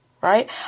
right